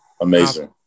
Amazing